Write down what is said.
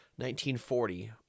1940